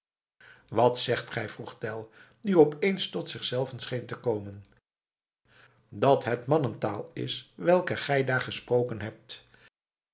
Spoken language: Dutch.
wat zegt gij vroeg tell die opeens tot zichzelven scheen te komen dat het mannentaal is welke gij daar gesproken hebt